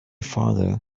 father